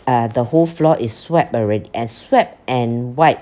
uh the whole floor is swept alread~ is swept and wiped